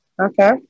Okay